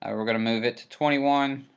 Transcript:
um we're going to move it twenty one.